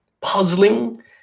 puzzling